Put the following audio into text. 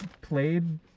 played